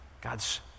God's